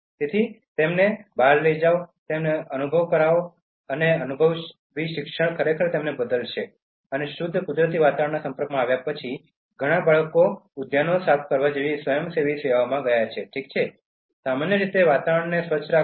તેથી તેમને બહાર લઈ જાઓ તેમને અનુભવ કરો અને અનુભવી શિક્ષણ ખરેખર તેમને બદલશે અને શુદ્ધ કુદરતી વાતાવરણના સંપર્કમાં આવ્યા પછી ઘણા બાળકો ઉદ્યાનો સાફ કરવા જેવી સ્વયંસેવી સેવાઓમાં ગયા છે ઠીક છે સામાન્ય રીતે વાતાવરણને સ્વચ્છ રાખવું